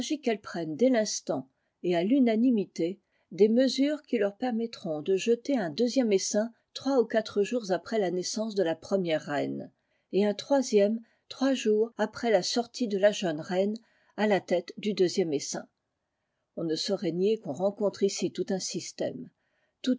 qu'elles prennent dès l'instant et à l'unanimité des mesures qui leur permettront de jeter un deuxième essaim trois ou quatre jours après la naissance de la première reine et un troisième trois jours après la sortie de la jeune reine à la tête du deuxième essaim on ne saurait nier qu'on rencontre ici tout un système